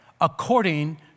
according